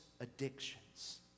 addictions